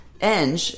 Eng